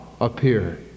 appear